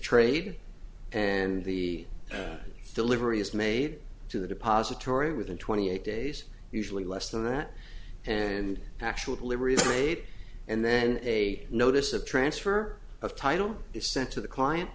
trade and the delivery is made to the depository within twenty eight days usually less than that and actual delivery is made and then a notice of transfer of title is sent to the client